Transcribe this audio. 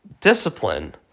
discipline